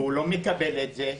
והוא לא מקבל את זה.